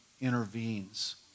intervenes